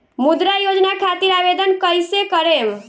मुद्रा योजना खातिर आवेदन कईसे करेम?